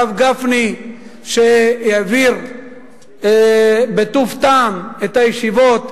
הרב גפני שהעביר בטוב טעם את הישיבות,